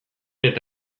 eta